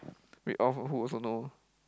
read off who who also know